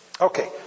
Okay